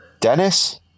Dennis